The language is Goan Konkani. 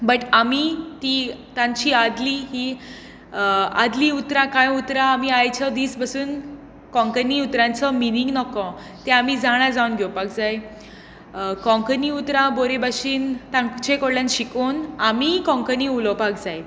बट आमी ती तांची आदली ही आदली उतरां कांय उतरां आयचो दीस बसून कोंकणी उतरांचो मिनींग नकळो ते आमी जाणां जावन घेवपाक जाय कोंकणी उतरां बरे भाशेन तांचे कडल्यान शिकोवन आमी कोंकणी उलोवपाक जाय